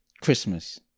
Christmas